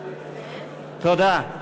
תודה.